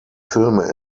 filme